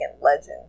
legend